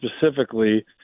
specifically